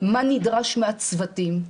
מה נדרש מהצוותים.